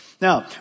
Now